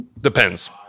Depends